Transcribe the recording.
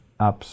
apps